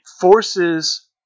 forces